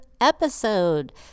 episode